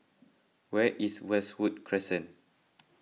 where is Westwood Crescent